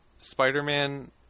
Spider-Man